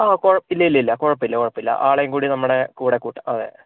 ആ ഇല്ലില്ലില്ല കുഴപ്പമില്ല കുഴപ്പമില്ല ആളെയും കൂടെ നമ്മുടെ കൂടെ കൂട്ടാം അതെ